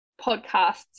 podcasts